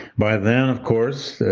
by then, of course,